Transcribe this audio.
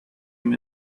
him